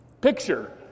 picture